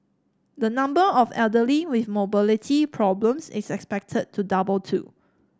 the number of elderly with mobility problems is expected to double too